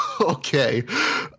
okay